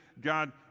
God